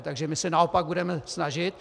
Takže my se naopak budeme snažit.